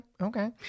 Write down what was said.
okay